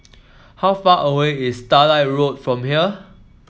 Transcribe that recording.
how far away is Starlight Road from here